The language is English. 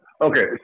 Okay